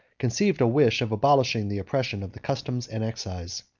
conceived a wish of abolishing the oppression of the customs and excise.